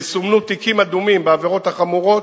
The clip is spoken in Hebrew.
יסומנו תיקים אדומים בעבירות החמורות,